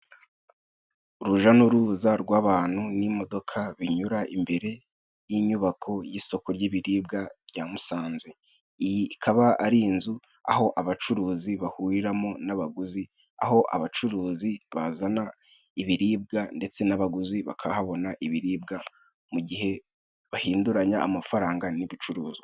Uruja n'uruza rw'abantu n'imodoka binyura imbere y'inyubako y'isoko ry'ibiribwa rya Musanze. Iyi ikaba ari inzu aho abacuruzi bahuriramo n'abaguzi, aho abacuruzi bazana ibiribwa ndetse n'abaguzi bakahabona ibiribwa mu gihe bahinduranya amafaranga n'ibicuruzwa.